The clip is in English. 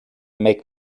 make